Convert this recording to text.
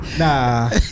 Nah